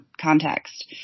context